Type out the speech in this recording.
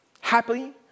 Happily